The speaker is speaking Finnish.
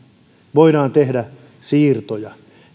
voidaan tehdä siirtoja